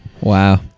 Wow